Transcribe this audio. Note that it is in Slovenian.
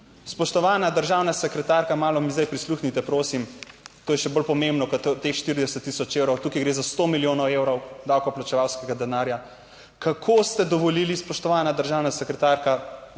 Spoštovana državna sekretarka, malo mi zdaj prisluhnite prosim, to je še bolj pomembno kot od teh 40 tisoč evrov, tukaj gre za 100 milijonov evrov davkoplačevalskega denarja kako ste dovolili spoštovana državna sekretarka